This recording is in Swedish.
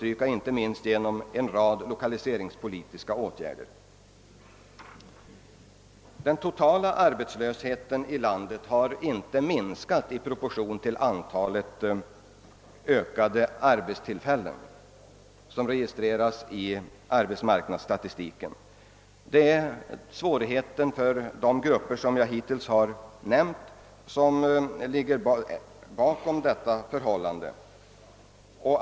Dessa frågor förs fram i reservationerna i utskottsutlåtandena vi i dag behandlar. Den totala arbetslösheten i landet har inte minskat i proportion till det ökade antal arbetstillfällen som registreras i arbetsmarknadsstatistiken. Det är svårigheterna för de grupper jag nyss har nämnt som ligger bakom detta förhållande.